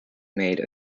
made